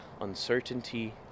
uncertainty